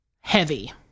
heavy